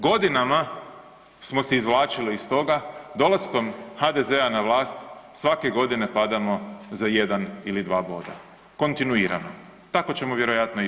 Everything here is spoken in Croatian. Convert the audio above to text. Godinama smo se izvlačili iz toga, dolaskom HDZ-a na vlast svake godine padamo za jedan ili dva boda kontinuirano, tako ćemo vjerojatno i ove.